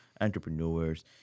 entrepreneurs